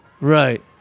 Right